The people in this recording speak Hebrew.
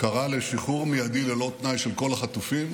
קרא לשחרור מיידי ללא תנאי של כל החטופים.